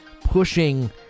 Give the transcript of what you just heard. pushing